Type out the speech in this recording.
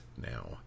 now